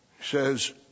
says